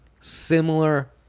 similar